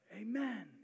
Amen